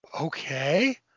okay